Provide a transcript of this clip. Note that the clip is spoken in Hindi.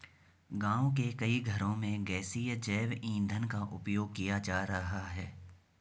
गाँव के कई घरों में गैसीय जैव ईंधन का उपयोग किया जा रहा है